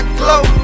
glow